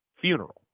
funeral